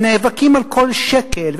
שנאבקים על כל שקל.